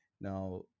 Now